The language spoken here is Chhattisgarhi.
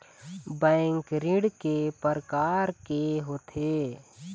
बैंक ऋण के प्रकार के होथे?